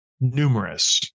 Numerous